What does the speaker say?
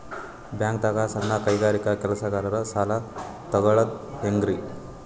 ಬ್ಯಾಂಕ್ದಾಗ ಸಣ್ಣ ಕೈಗಾರಿಕಾ ಕೆಲಸಗಾರರು ಸಾಲ ತಗೊಳದ್ ಹೇಂಗ್ರಿ?